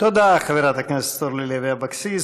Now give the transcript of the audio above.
תודה, חברת הכנסת אורלי לוי אבקסיס.